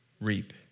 reap